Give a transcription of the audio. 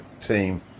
team